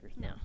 no